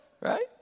right